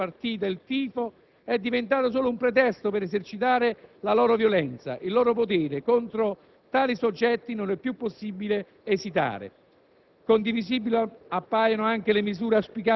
E' chiaro che per questi soggetti il pallone, la partita, il tifo, è diventato solo un pretesto per esercitare la loro violenza, il loro potere: contro tali soggetti non è più possibile esitare.